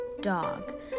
dog